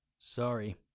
sorry